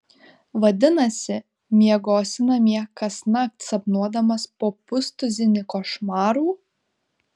vadinasi miegosi namie kasnakt sapnuodamas po pustuzinį košmarų